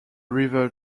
river